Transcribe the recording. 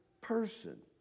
person